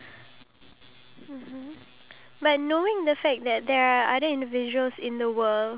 we should think about the people out there who are not having any food with them